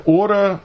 order